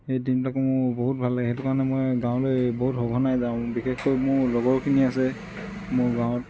সেই দিনবিলাক মোৰ বহুত ভাল লাগে সেইটো কাৰণে মই গাঁৱলৈ বহুত সঘনাই যাওঁ বিশেষকৈ মোৰ লগৰখিনি আছে মোৰ গাঁৱত